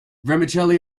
vermicelli